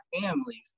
families